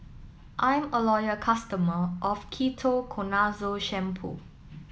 I'm a loyal customer of Ketoconazole Shampoo